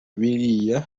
biriya